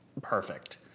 perfect